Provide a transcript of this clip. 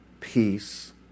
peace